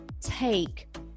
take